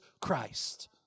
Christ